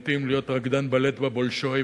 מתאים להיות רקדן בלט ב"בולשוי",